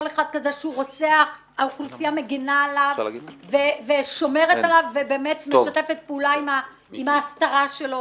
האוכלוסייה מגינה עליהם ושומרת עליהם ומשתפת פעולה עם ההסתרה שלהם.